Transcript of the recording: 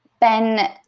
Ben